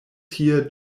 tie